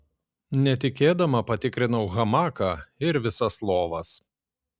netikėdama patikrinau hamaką ir visas lovas